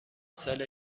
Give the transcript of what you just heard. سال